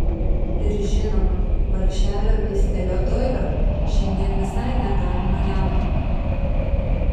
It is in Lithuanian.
ir žinoma vargšelio misterio doilio šiandien visai negalima jaudinti